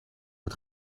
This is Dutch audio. het